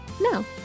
No